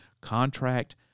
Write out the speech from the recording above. contract